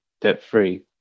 debt-free